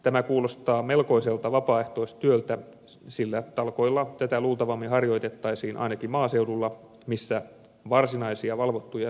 tämä kuulostaa melkoiselta vapaaehtoistyöltä sillä talkoilla tätä luultavammin harjoitettaisiin ainakin maaseudulla missä varsinaisia valvottuja sisäammuntaratoja on vähän